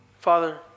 Father